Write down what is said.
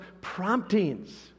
promptings